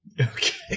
Okay